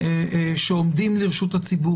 שעומדים לרשות הציבור.